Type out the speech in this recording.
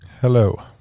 Hello